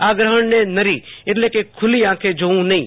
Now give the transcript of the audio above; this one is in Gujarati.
આ ગ્રહણને નરી એટલે કે ખુલી આંખે જોવું નહીં